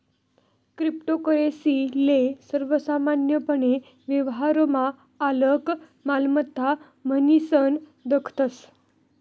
cryptocurrency ले सर्वसामान्यपने व्यवहारमा आलक मालमत्ता म्हनीसन दखतस